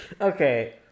Okay